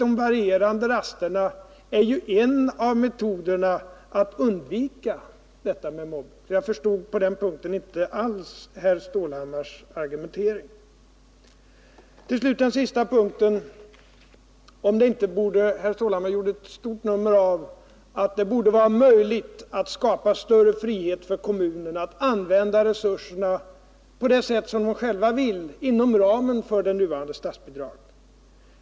De varierande rasterna är ju en av metoderna att undvika mobbning. Jag förstod på denna punkt inte alls herr Stålhammars argumentering. Beträffande den sista punkten gjorde herr Stålhammar ett stort nummer av att det borde vara möjligt att skapa större frihet för kommunerna att använda resurserna på det sätt som de själva vill inom ramen för de nuvarande statsbidragen.